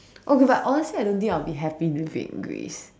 okay but honestly I don't think I'll be happy living in Greece